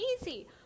easy